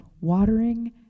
watering